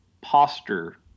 posture